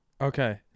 okay